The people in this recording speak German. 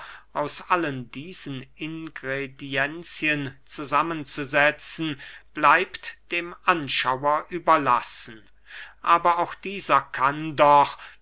aus allen diesen ingredienzen zusammen zu setzen bleibt dem anschauer überlassen aber auch dieser kann doch